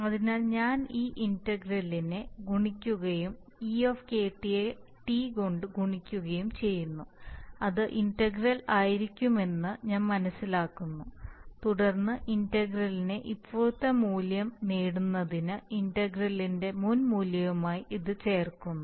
അതിനാൽ ഞാൻ ഈ ഇന്റഗ്രലിനെ ഗുണിക്കുകയും e യെ T കൊണ്ട് ഗുണിക്കുകയും ചെയ്യുന്നു അത് ഇന്റഗ്രൽ ആയിരിക്കുമെന്ന് ഞാൻ മനസ്സിലാക്കുന്നു തുടർന്ന് ഇന്റഗ്രലിന്റെ ഇപ്പോഴത്തെ മൂല്യം നേടുന്നതിന് ഇന്റഗ്രലിന്റെ മുൻ മൂല്യവുമായി ഇത് ചേർക്കുന്നു